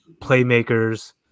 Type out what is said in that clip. playmakers